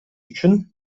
үчүн